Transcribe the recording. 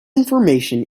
information